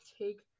take